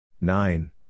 Nine